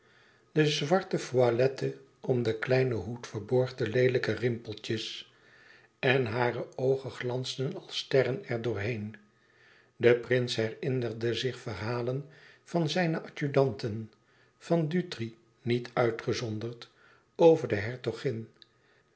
de zwarte voilette om den kleinen hoed verborg de leelijke rimpeltjes en hare oogen glansden als sterren er door heen de prins herinnerde zich verhalen van zijne adjudanten van dutri niet uitgezonderd over de hertogin